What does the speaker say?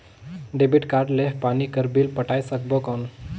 Debit card ले पानी कर बिल पटाय सकबो कौन?